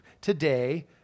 today